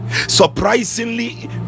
surprisingly